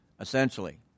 Essentially